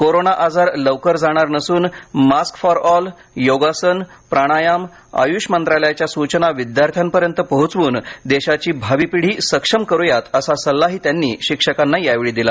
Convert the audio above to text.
corona आजार लवकर जाणार नसून मास्क फॉर ऑल योगासन प्राणायाम आयुष मंत्रालयाच्या सूचना विद्यार्थ्यांपर्यंत पोहोचावून देशाची भावी पिढी सक्षम करूयात असा सल्लाही त्यांनी शिक्षकांना यावेळी दिला